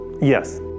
Yes